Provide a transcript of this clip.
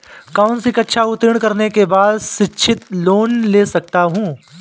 कौनसी कक्षा उत्तीर्ण करने के बाद शिक्षित लोंन ले सकता हूं?